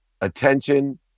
attention